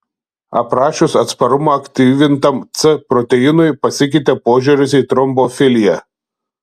aprašius atsparumą aktyvintam c proteinui pasikeitė požiūris į trombofiliją